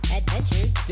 Adventures